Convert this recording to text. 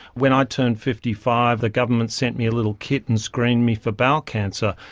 when i turned fifty five the government sent me a little kit and screened me for bowel cancer.